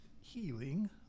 healing